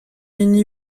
hini